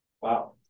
Wow